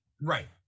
Right